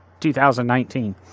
2019